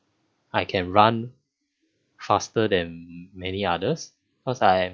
I can run faster than many others because I